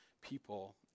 people